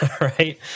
Right